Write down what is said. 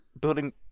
building